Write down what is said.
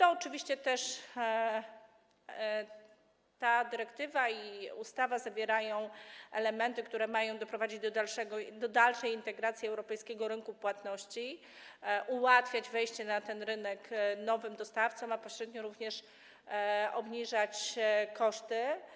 Oczywiście dyrektywa i ustawa zawierają też elementy, które mają doprowadzić do dalszej integracji europejskiego rynku płatności, ułatwiać wejście na ten rynek nowym dostawcom, a pośrednio również obniżać koszty.